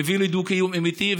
מביא לדו-קיום אמיתי,